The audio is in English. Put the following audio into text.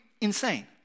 insane